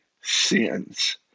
sins